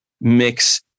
mix